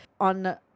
on